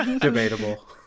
Debatable